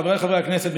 חבריי חברי הכנסת,